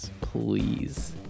Please